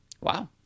Wow